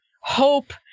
hope